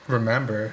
Remember